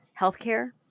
healthcare